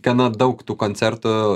gana daug tų koncertų